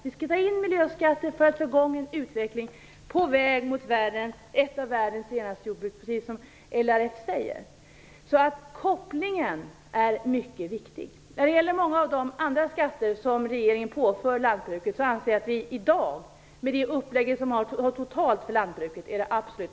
Vi skall ta in miljöskatter för att få i gång en utveckling på väg mot ett av världens renaste jordbruk, precis som LRF säger. Kopplingen är mycket viktigt. Jag anser att många av de andra skatter som regeringen påför lantbruket är absolut förkastliga med det upplägg som man har totalt för lantbruket.